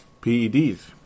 PEDs